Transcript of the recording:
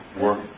work